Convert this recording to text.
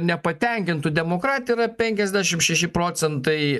nepatenkintų demokratija yra penkiasdešim šeši procentai